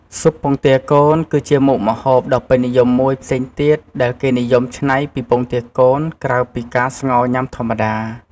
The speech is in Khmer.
ស៊ុបពងទាកូន គឺជាមុខម្ហូបដ៏ពេញនិយមមួយផ្សេងទៀតដែលគេនិយមច្នៃពីពងទាកូន ក្រៅពីការស្ងោរញ៉ាំធម្មតា។